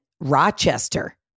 Rochester